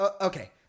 Okay